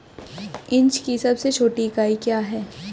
Inch की सबसे छोटी इकाई क्या है?